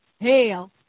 hell